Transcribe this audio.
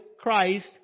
Christ